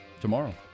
Tomorrow